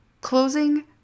closing